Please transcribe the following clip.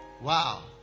Wow